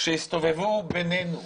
שיסתובבו בינינו